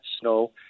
snow